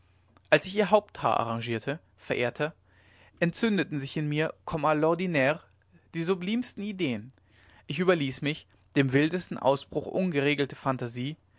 als ich ihr haupthaar arrangierte verehrter entzündeten sich in mir comme a l'ordinaire die sublimsten ideen ich überließ mich dem wilden ausbruch ungeregelter phantasie